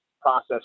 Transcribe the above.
process